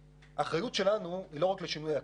האחריות שלנו היא לא רק לשינוי האקלים,